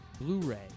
Blu-ray